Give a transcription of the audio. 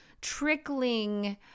trickling